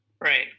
Right